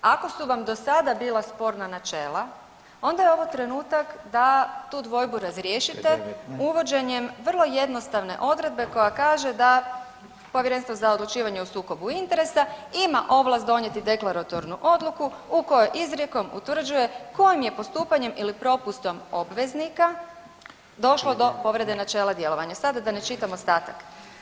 Ako su vam do sada bila sporna načela onda je ovo trenutak da tu dvojbu razriješite uvođenjem vrlo jednostavne odredbe koja kaže da Povjerenstvo za odlučivanje o sukobu interesa ima ovlast donijeti deklaratornu odluku u kojoj izrijekom utvrđuje kojim je postupanjem ili propustom obveznika došlo do povrede načela djelovanja sada da ne čitam ostatak.